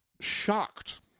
shocked